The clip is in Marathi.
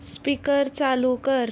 स्पीकर चालू कर